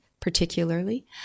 particularly